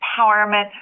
empowerment